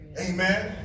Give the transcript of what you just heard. Amen